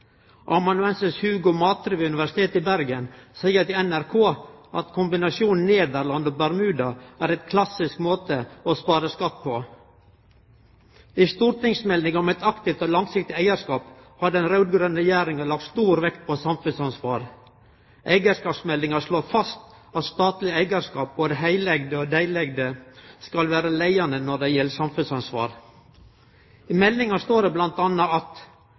Amanuensis Hugo Matre ved Universitetet i Bergen seier til NRK at kombinasjonen Nederland og Bermuda er ein klassisk måte å spare skatt på. I stortingsmeldinga om eit aktivt og langsiktig eigarskap har den raud-grøne regjeringa lagt stor vekt på samfunnsansvar. Eigarskapsmeldinga slår fast at statlege selskap, både heleigde og deleigde, skal vere leiande når det gjeld samfunnsansvar. I meldinga står det